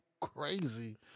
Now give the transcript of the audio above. crazy